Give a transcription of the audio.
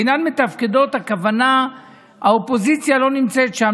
אינן מתפקדות הכוונה שהאופוזיציה לא נמצאת שם,